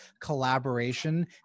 collaboration